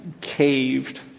caved